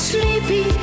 Sleepy